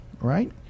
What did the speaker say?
Right